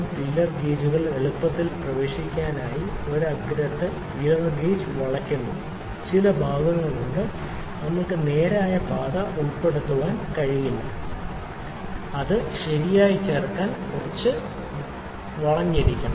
ഈ സാഹചര്യത്തിൽ മോട്ടറിന്റെ സങ്കീർണ്ണമായ ഭാഗങ്ങളിലേക്ക് എളുപ്പത്തിൽ പ്രവേശിക്കാനായി ഒരു അഗ്രത്തേക്ക് ഫീലർ ഗേജ് വളയുന്നു ചില ഭാഗങ്ങളുണ്ട് അതിൽ നമുക്ക് ഒരു നേരായ പാത ഉൾപ്പെടുത്താൻ കഴിയില്ല അത് ശരിയായി ചേർക്കാൻ കുറച്ച് വളഞ്ഞിരിക്കണം